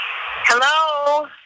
Hello